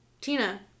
Tina